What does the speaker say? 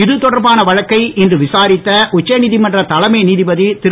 இது தொடர்பான வழக்கை இன்று விசாரித்த உச்சநீதிமன்ற தலைமை நீதிபதி திரு